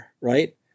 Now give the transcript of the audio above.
right